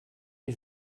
les